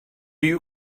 you